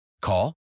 Call